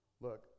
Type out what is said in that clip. Look